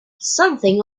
something